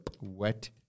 Wet